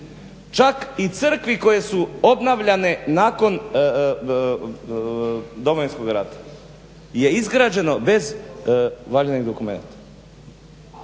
čak i crkvi koje su obnavljane nakon Domovinskoga rata je izgrađeno bez valjanih dokumenata.